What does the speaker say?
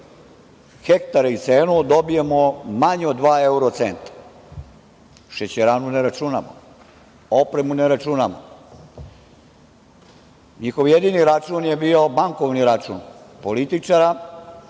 hektar i cenu, dobijemo manje od dva evrocenta. Šećeranu ne računam, opremu ne računam. NJihov jedini račun je bio bankovni račun političara